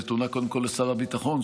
נתונה קודם כל לשר הביטחון,